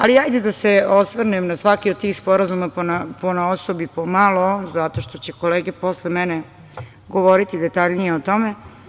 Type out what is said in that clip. Ali hajde da se osvrnem na svaki od tih sporazuma ponaosob i po malo, zato što će kolege posle mene govoriti detaljnije o tome.